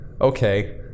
okay